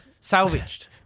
Salvaged